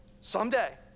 Someday